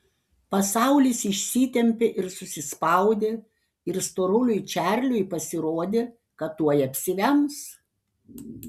pasaulis išsitempė ir susispaudė ir storuliui čarliui pasirodė kad tuoj apsivems